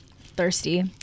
thirsty